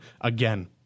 again